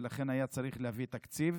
ולכן היה צריך להביא תקציב.